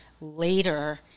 later